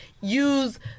use